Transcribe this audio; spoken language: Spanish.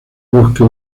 bosque